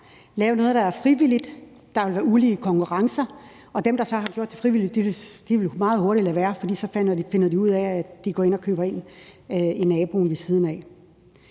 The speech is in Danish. lave noget, der er frivilligt. Der vil være ulige konkurrence, og dem, der så har gjort det frivilligt, vil meget hurtigt lade være, for så finder de ud af, at man går ind og køber ind hos naboen ved siden af.